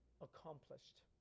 accomplished